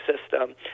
system